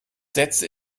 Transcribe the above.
sätze